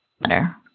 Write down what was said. Better